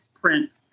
print